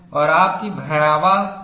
और आपकी भयावह विफलता को दर्शाता है